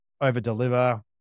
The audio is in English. over-deliver